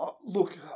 Look